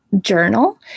journal